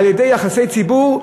על-ידי יחסי ציבור,